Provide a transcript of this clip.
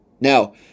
Now